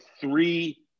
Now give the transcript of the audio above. three